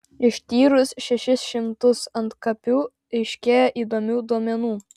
ištyrus šešis šimtus antkapių aiškėja įdomių duomenų